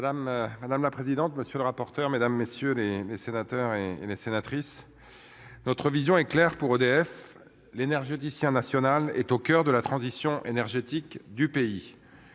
madame la présidente, monsieur le rapporteur, mesdames, messieurs les sénateurs et les sénatrices. Notre vision est claire pour EDF. L'énergéticien national est au coeur de la transition énergétique du pays.